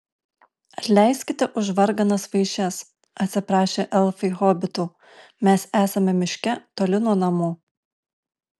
atleiskite už varganas vaišes atsiprašė elfai hobitų mes esame miške toli nuo namų